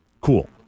Cool